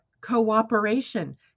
cooperation